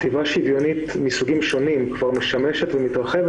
כתיבה שוויונית מסוגים שונים כבר משמשת ומתרחבת.